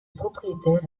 propriétaire